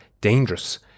dangerous